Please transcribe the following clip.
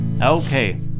Okay